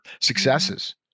successes